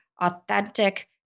authentic